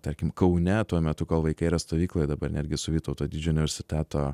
tarkim kaune tuo metu kol vaikai yra stovykloj dabar netgi su vytauto didžiojo universiteto